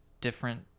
different